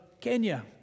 Kenya